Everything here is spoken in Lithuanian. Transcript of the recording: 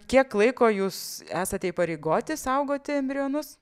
kiek laiko jūs esate įpareigoti saugoti embrionus